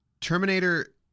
Terminator